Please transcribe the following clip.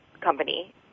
company